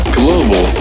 global